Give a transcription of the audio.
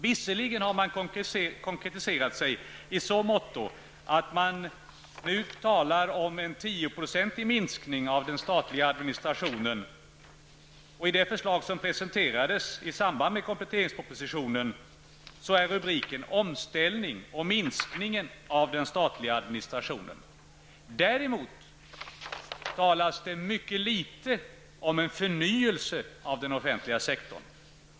Visserligen har man konkretiserat sig i så måtto att man nu talar om en tioprocentig minskning av den statliga administrationen, och det förslag som presenterades i samband med kompletteringspropositionen har rubriken Däremot talas det mycket litet om en förnyelse av den offentliga sektorn.